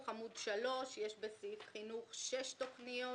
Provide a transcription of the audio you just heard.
בעמוד 3. יש בסעיף חינוך שלוש תכניות.